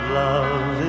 love